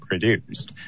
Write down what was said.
produced